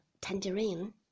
tangerine